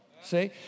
see